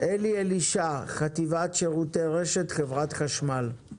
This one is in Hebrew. אלי אלישע, חטיבת שירותי רשת, חברת חשמל.